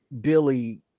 Billy